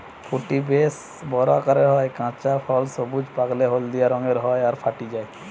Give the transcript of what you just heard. ফুটি বেশ বড় আকারের হয়, কাঁচা ফল সবুজ, পাকলে হলদিয়া রঙের হয় আর ফাটি যায়